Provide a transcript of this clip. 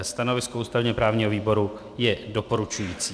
Stanovisko ústavněprávního výboru je doporučující.